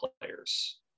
players